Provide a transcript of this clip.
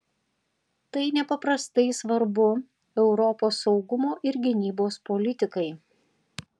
tai nepaprastai svarbu europos saugumo ir gynybos politikai